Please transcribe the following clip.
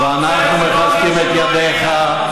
ואנחנו מחזקים את ידיך,